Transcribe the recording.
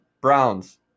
Browns